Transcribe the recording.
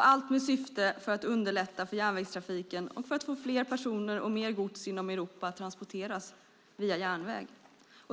Allt detta sker i syfte att underlätta för järnvägstrafiken och för att få fler personer och mer gods inom Europa att transporteras via järnväg.